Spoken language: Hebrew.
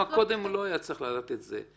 למה קודם הוא לא היה צריך לדעת על זה?